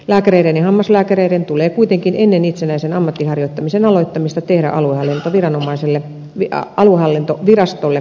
lääkäreiden ja hammaslääkäreiden tulee kuitenkin ennen itsenäisen ammatin harjoittamisen aloittamista tehdä aluehallintovirastolle ilmoitus